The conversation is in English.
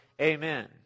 Amen